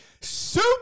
soup